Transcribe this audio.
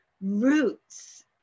roots